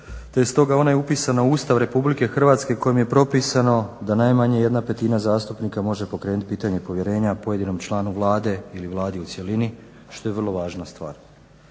stoga ona upisana u Ustav Republike Hrvatske kojim je propisano da najmanje 1/5 zastupnika može pokrenut pitanje povjerenje pojedinom članu Vlade ili Vladi u cjelini, što je vrlo važna stvar.